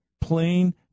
plain